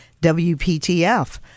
WPTF